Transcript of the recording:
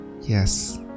Yes